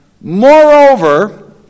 Moreover